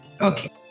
Okay